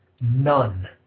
none